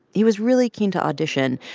he was really keen to audition.